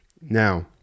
Now